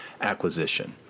acquisition